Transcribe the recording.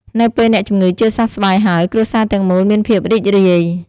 នៅពេលអ្នកជំងឺជាសះស្បើយហើយ គ្រួសារទាំងមូលមានភាពរីករាយ។